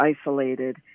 isolated